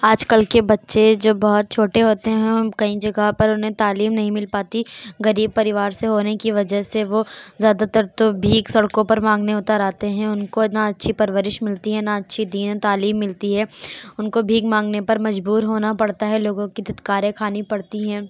آج کل کے بچے جو بہت چھوٹے ہوتے ہیں کئی جگہ پر انہیں تعلیم نہیں مل پاتی غریب پریوار سے ہونے کی وجہ سے وہ زیادہ تر تو بھیک سڑکوں پر مانگنے اتر آتے ہیں ان کو نہ اچھی پرورش ملتی ہے نہ اچھی دینی تعلیم ملتی ہے ان کو بھیک مانگنے پر مجبور ہونا پڑتا ہے لوگوں کی دھتکاریں کھانی پڑتی ہیں